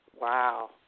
Wow